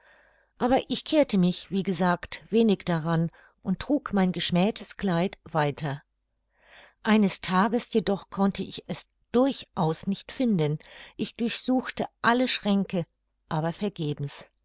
aber ich kehrte mich wie gesagt wenig daran und trug mein geschmähtes kleid weiter eines tages jedoch konnte ich es durchaus nicht finden ich durchsuchte alle schränke aber vergebens